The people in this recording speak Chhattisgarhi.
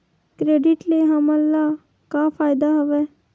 क्रेडिट ले हमन ला का फ़ायदा हवय?